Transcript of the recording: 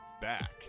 back